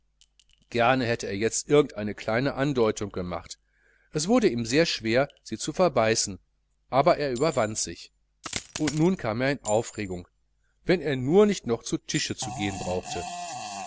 gerne hätte er jetzt irgend eine kleine andeutung gemacht es wurde ihm sehr schwer sie zu verbeißen aber er überwand sich und nun kam er in aufregung wenn er nur nicht noch zu tische zu gehen brauchte